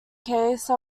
case